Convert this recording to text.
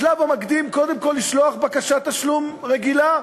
בשלב המקדים, קודם כול לשלוח בקשת תשלום רגילה,